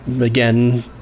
Again